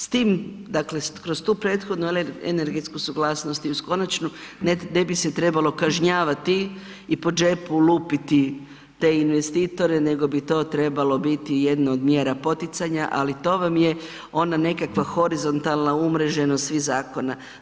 S tim, dakle kroz tu prethodnu energetsku suglasnost i uz konačnu, ne bi se trebalo kažnjavati i po džepu lupiti te investitore nego bi to trebalo biti jedno od mjera poticanja, ali to vam je ona nekakva horizontalna umreženost svih zakona.